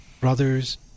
brothers